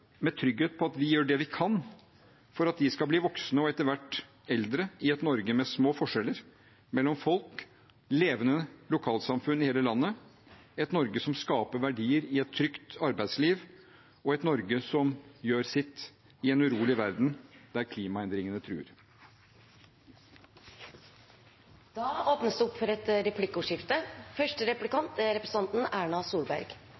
med trygghet for at vi gjør det vi kan for at de skal bli voksne og etter hvert eldre i et Norge med små forskjeller mellom folk, levende lokalsamfunn i hele landet, et Norge som skaper verdier i et trygt arbeidsliv, og et Norge som gjør sitt i en urolig verden, der klimaendringene truer. Det